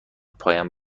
پایم